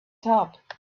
top